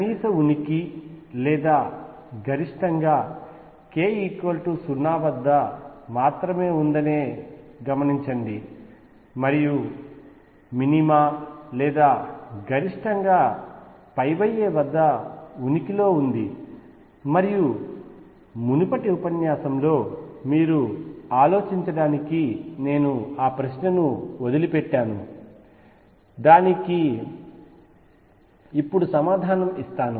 కనీస ఉనికి లేదా గరిష్టంగా k 0 వద్ద మాత్రమే ఉందనే గమనించండి మరియు మినిమా లేదా గరిష్టంగా a వద్ద ఉనికిలో ఉంది మరియు మునుపటి ఉపన్యాసంలో మీరు ఆలోచించడానికి నేను ఆ ప్రశ్నను వదిలిపెట్టాను దానికి ఇప్పుడు సమాధానం ఇస్తాను